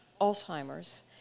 Alzheimer's